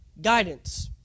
guidance